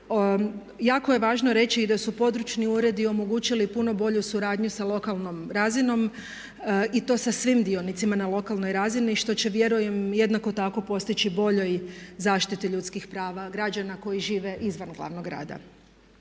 Jako je važno reći da su područni uredi omogućili puno bolju suradnju sa lokalnom razinom i to sa svim dionicama na lokalnoj razini što će vjerujem jednako tako postići u boljoj zaštiti ljudskih prava građana koji žive izvan glavnog grada.